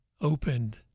opened